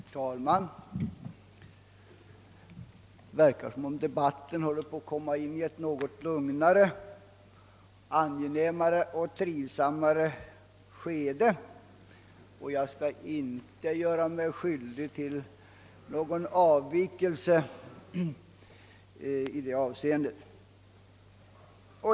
Herr talman! Det verkar som om debatten börjar komma in i ett något lugnare, angenämare och trivsammare skede, och jag skall inte göra mig skyldig till någon avvikelse i det avseendet.